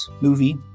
movie